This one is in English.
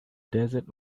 desert